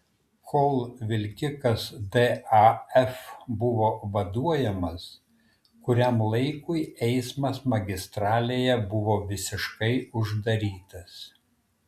kol vilkikas daf buvo vaduojamas kuriam laikui eismas magistralėje buvo visiškai uždarytas